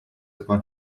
upon